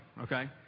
okay